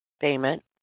payment